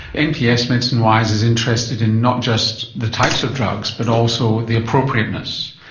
nps medicinewise is interested in not just the types of drugs, but also the appropriateness.